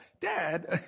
Dad